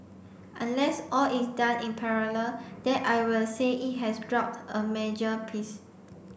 unless all is done in parallel then I will say it has dropped a major piece